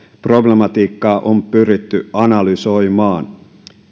problematiikkaa on pyritty analysoimaan